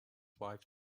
wife